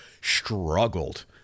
struggled